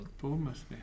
Bournemouth